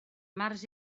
març